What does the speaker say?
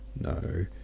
No